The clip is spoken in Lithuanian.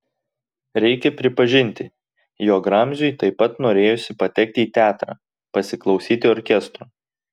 reikia pripažinti jog ramziui taip pat norėjosi patekti į teatrą pasiklausyti orkestro